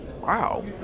Wow